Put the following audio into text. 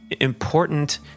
important